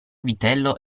vitello